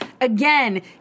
Again